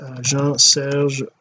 jean-serge